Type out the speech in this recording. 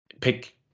pick